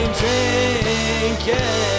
drinking